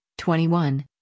21